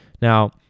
Now